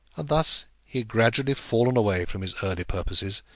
and thus he had gradually fallen away from his early purposes,